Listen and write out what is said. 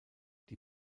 die